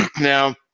Now